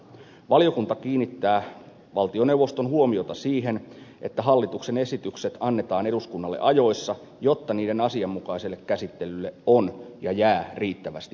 valiokunta kiinnittää valtioneuvoston huomiota siihen että hallituksen esitykset annetaan eduskunnalle ajoissa jotta niiden asianmukaiselle käsittelylle on ja jää riittävästi aikaa